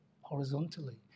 horizontally